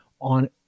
on